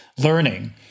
Learning